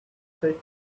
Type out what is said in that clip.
take